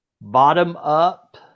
bottom-up